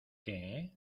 qué